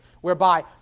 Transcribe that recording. whereby